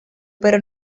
pero